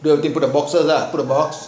put a box first lah put a box